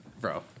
bro